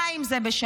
הוא חי עם זה בשלום.